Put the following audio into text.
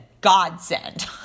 godsend